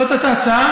זו הייתה ההצעה,